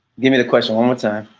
give me the question one but